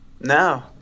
No